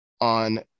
on